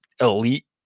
elite